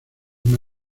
una